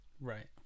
Right